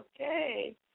okay